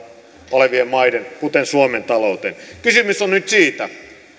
olevien maiden kuten suomen talouteen kysymys on nyt siitä